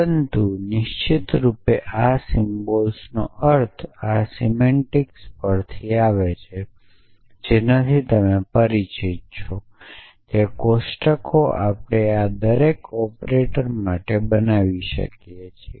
પરંતુ નિશ્ચિતરૂપે આ સિમ્બલ્સનો અર્થ આ સીમેન્ટીકસ પર થી આવે છે અને જેનાથી તમે પરિચિત છો તે કોષ્ટકો આપણે આ દરેક ઓપરેટરો માટે બનાવી શકીએ છીએ